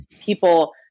people